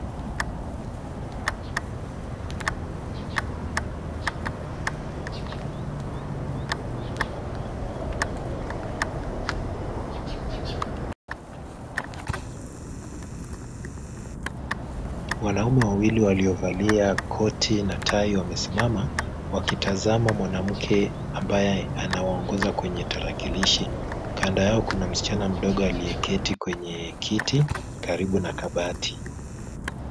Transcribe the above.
Wanaume wawili waliovalia koti na tai wamesimama, wakitazama mwanamke ambaye waongoza kwenye tarakilishi. Kando yao kuna msichana mdogo aliyeketi kwenye kiti karibu na kabati.